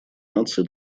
наций